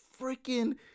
freaking